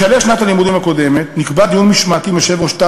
בשלהי שנת הלימודים הקודמת נקבע דיון משמעתי עם יושב-ראש תא